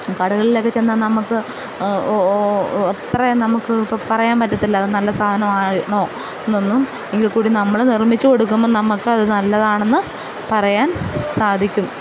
കടകളിലൊക്കെ ചെന്നാല് നമ്മള്ക്ക് ഓ ഓ ഓ എത്രയാ നമുക്ക് ഇപ്പോള് പറയാൻ പറ്റത്തില്ല അത് നല്ല സാധനം ആണോ എന്നൊന്നും എങ്കില്ക്കൂടി നമ്മള് നിർമ്മിച്ചു കൊടുക്കുമ്പോള് നമ്മള്ക്ക് അത് നല്ലതാണെന്നു പറയാൻ സാധിക്കും